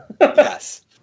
Yes